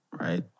right